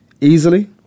easily